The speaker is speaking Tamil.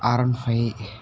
R one five